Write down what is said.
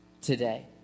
today